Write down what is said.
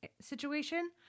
situation